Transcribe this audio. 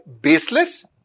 baseless